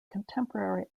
contemporary